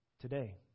Today